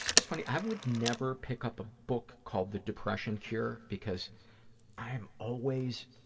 that's funny, i would never pick up a book called the depression cure because i am always,